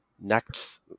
next